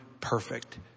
perfect